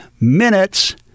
minutes